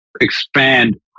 expand